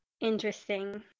interesting